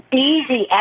easy